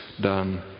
done